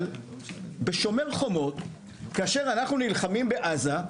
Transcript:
אבל בשומר חומות, כאשר אנחנו נלחמים בעזה,